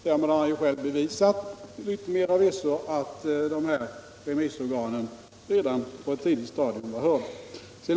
Därmed har han ju till yttermera visso själv bevisat att dessa remissorgan redan på ett tidigt stadium blivit hörda.